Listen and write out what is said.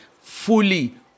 fully